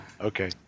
Okay